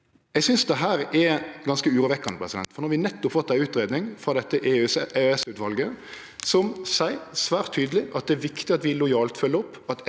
Eg synest dette er ganske urovekkjande, for no har vi nettopp fått ei utgreiing frå dette EØS-utvalet som seier svært tydeleg at det er viktig at vi lojalt følgjer opp,